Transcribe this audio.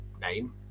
Name